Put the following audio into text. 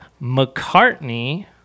McCartney